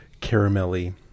caramelly